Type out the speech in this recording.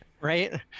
right